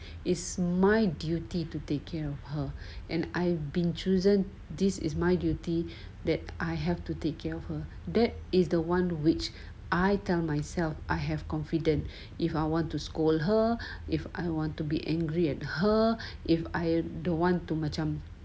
it is my duty to take care of her and I've been chosen this is my duty that I have to take care of her that is the one which I tell myself I have confidence if I want to scold her if I want to be angry at her if I don't want to macam